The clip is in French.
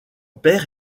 père